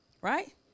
Right